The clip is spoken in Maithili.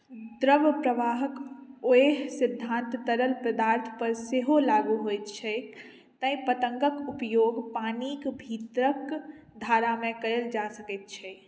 द्रव प्रवाहक ओहि सिद्धान्त तरल पदार्थ पर सेहो लागू होइत छैक तेँ पतङ्गक उपयोग पानिक भीतरक धारामे कयल जा सकैत छैक